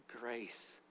grace